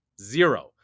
zero